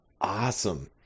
awesome